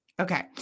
Okay